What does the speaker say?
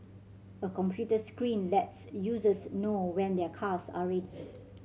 a computer screen lets users know when their cars are ready